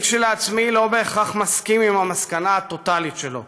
אני כשלעצמי לא בהכרח מסכים עם המסקנה הטוטלית שלו